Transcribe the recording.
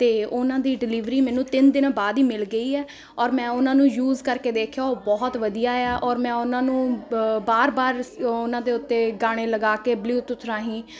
ਅਤੇ ਉਹਨਾਂ ਦੀ ਡਿਲੀਵਰੀ ਮੈਨੂੰ ਤਿੰਨ ਦਿਨਾਂ ਬਾਅਦ ਹੀ ਮਿਲ ਗਈ ਹੈ ਔਰ ਮੈਂ ਉਹਨਾਂ ਨੂੰ ਯੂਜ ਕਰਕੇ ਦੇਖਿਆ ਉਹ ਬਹੁਤ ਵਧੀਆ ਆ ਔਰ ਮੈਂ ਉਹਨਾਂ ਨੂੰ ਬਾਰ ਬਾਰ ਉਹਨਾਂ ਦੇ ਉੱਤੇ ਗਾਣੇ ਲਗਾ ਕੇ ਬਲੂਟੁੱਥ ਰਾਹੀਂ